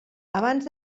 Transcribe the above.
abans